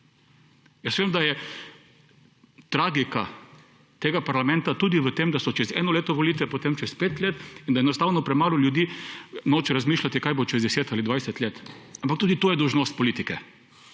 Jaz vem, da je tragika tega parlamenta tudi v tem, da so čez eno leto volite, potem čez pet let, in da je enostavno premalo ljudi noče razmišljati kaj bo čez 10 ali 20 let, ampak tudi to je dolžnost politike.